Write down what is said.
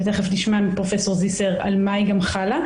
ותכף תשמע מפרופ' זיסר על מה היא גם חלה.